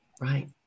right